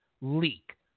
leak